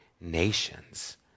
nations